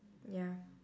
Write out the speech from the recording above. ya